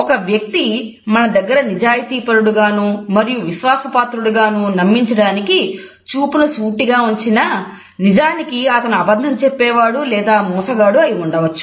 ఒక వ్యక్తి మన దగ్గర నిజాయితీపరుడుగాను మరియు విశ్వాసపాత్రుడుగాను నమ్మించడానికి చూపును సూటిగా ఉంచినా నిజానికి అతను అబద్ధం చెప్పేవాడు లేదా మోసగాడు అయి ఉండవచ్చు